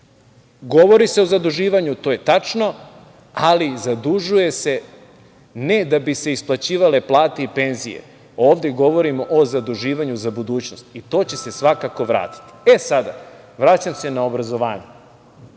se o zaduživanju, to je tačno, ali zadužuje se ne da bi se isplaćivale plate i penzije, ovde govorimo o zaduživanju za budućnost i to će se svakako vratiti.E sada, vraćam se na obrazovanje.